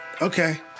okay